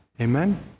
Amen